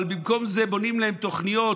אבל במקום זה בונים להם תוכניות